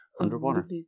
Underwater